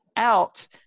Out